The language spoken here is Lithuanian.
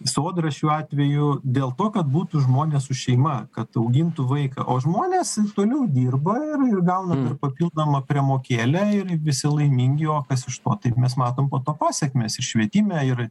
sodra šiuo atveju dėl to kad būtų žmonės su šeima kad augintų vaiką o žmonės toliau dirba ir ir gauna dar papildomą priemokėlę ir visi laimingi o kas iš to taip mes matom po to pasekmes ir švietime ir